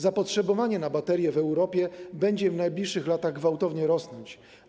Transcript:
Zapotrzebowanie na baterie w Europie będzie w najbliższych latach gwałtowanie rosnąć.